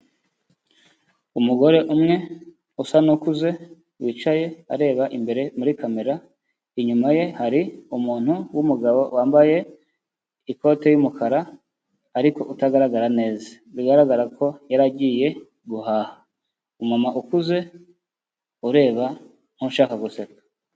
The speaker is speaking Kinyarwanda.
Umugore umwe usa n'ukuze, wicaye areba imbere muri kamera, inyuma ye hari umuntu w'umugabo wambaye ikoti y'umukara ariko utagaragara neza bigaragara ko yari agiye guhaha, umumama ukuze ureba nkushaka guseka.